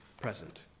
present